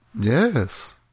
Yes